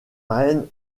reine